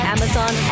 Amazon